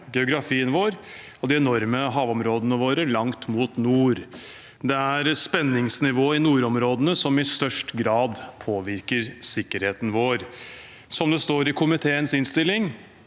geografien vår og de enorme havområdene våre langt mot nord. Det er spenningsnivået i nordområdene som i størst grad påvirker sikkerheten vår. Som det står i komiteens innstilling: